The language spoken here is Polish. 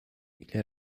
ile